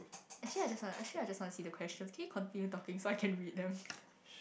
actually I just want actually I just want to see the question can you continue talking so I can read them